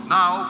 now